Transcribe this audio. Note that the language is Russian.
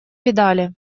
педали